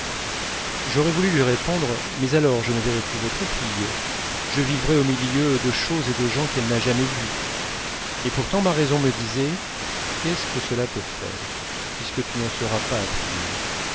j'aurais voulu lui répondre mais alors je ne verrai plus votre fille je vivrai au milieu de choses et de gens qu'elle n'a jamais vus et pourtant ma raison me disait qu'est-ce que cela peut faire puisque tu n'en seras pas affligé